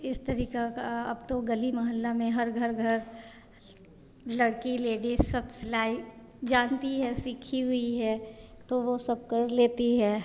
इस तरीक़े का अब तो गली मोहल्ले में हर घर घर लड़की लेडीज सब सिलाई जानती है सीखी हुईं हैं तो वह सब कर लेती हैं